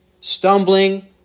stumbling